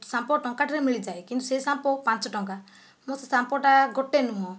shampoo ଟଙ୍କାଟିଏରେ ମିଳିଯାଏ କିନ୍ତୁ ସେ ସାମ୍ପୋ ପାଞ୍ଚଟଙ୍କା ମୁଁ ସେ ସାମ୍ପୋଟା ଗୋଟିଏ ନୁହେଁ